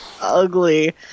ugly